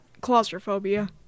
claustrophobia